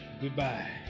Goodbye